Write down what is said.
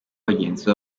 bagenzi